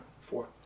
Four